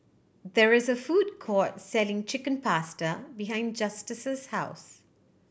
there is a food court selling Chicken Pasta behind Justus' house